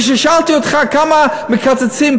וכששאלתי אותך כמה מקצצים,